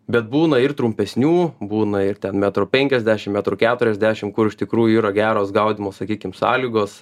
bet būna ir trumpesnių būna ir ten metro penkiasdešim metro keturiasdešim kur iš tikrųjų yra geros gaudymo sakykim sąlygos